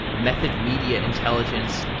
method media intelligence,